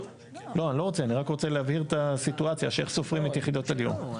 אני רק רוצה להבהיר את הסיטואציה של איך סופרים את יחידות הדיור.